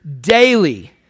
daily